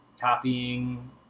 copying